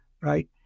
right